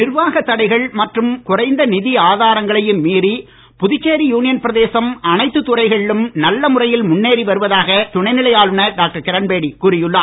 நிர்வாக தடைகள் மற்றும் குறைந்த நிதி ஆதாரங்களையும் மீறி புதுச்சேரி யூனியன் பிரதேசம் அனைத்து துறைகளிலும் நல்ல முறையில் முன்னேறி வருவதாக துணைநிலை ஆளுநர் டாக்டர் கிரண்பேடி கூறியுள்ளார்